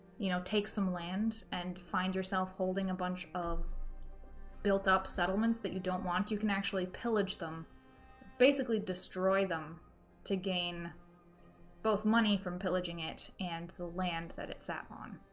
you know take some land and find yourself holding a bunch of built-up settlements that you don't want, you can actually pillage them basically destroy them to gain both money from pillaging it, and the land that it sat on.